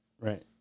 Right